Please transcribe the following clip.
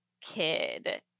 kid